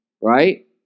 right